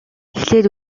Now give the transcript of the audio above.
эхлээд